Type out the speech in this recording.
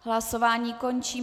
Hlasování končím.